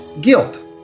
guilt